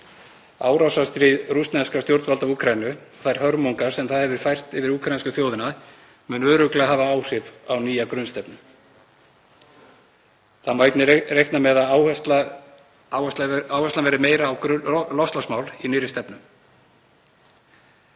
Árásarstríð rússneskra stjórnvalda í Úkraínu, þær hörmungar sem það hefur fært yfir úkraínsku þjóðina, mun örugglega hafa áhrif á nýja grunnstefnu. Það má einnig reikna með að áherslan verði meiri á loftslagsmál í nýrri stefnu.